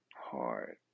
hard